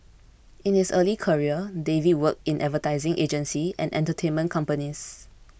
in his early career David worked in advertising agencies and entertainment companies